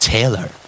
Taylor